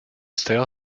stale